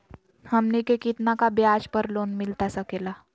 हमनी के कितना का ब्याज पर लोन मिलता सकेला?